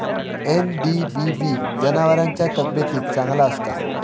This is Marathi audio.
एन.डी.बी.बी जनावरांच्या तब्येतीक चांगला असता